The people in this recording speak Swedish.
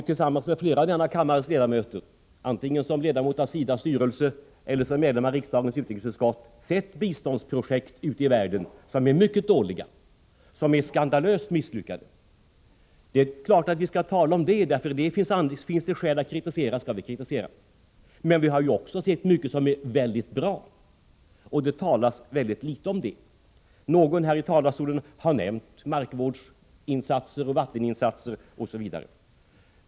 Tillsammans med flera av denna kammares ledamöter har jag, antingen som ledamot av SIDA:s styrelse eller som medlem av riksdagens utrikesutskott, sett biståndsprojekt ute i världen som är mycket dåliga, som är skandalöst misslyckade. Det är klart att vi skall kritisera, om det finns skäl att göra det. Men vi har ju också många projekt som är mycket bra. Om det talas det mycket litet. Någon nämnde bl.a. markvårdsoch vatteninsatser.